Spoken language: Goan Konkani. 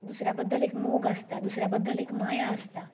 दुसऱ्यां बद्दल एक मोग आसता दुसऱ्यां बद्दल एक माया आसता